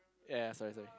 ya sorry sorry